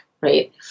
right